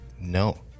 No